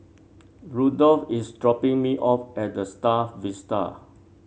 Rudolf is dropping me off at The Star Vista